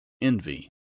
envy